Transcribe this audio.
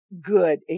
good